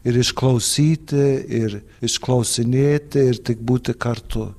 ir išklausyti ir išklausinėti ir tik būti kartu